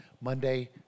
Monday